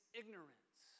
ignorance